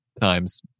times